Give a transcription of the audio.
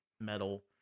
metal